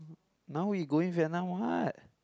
now we going Vietnam what